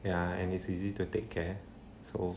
ya and it's easy to take care so